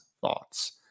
Thoughts